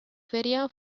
feria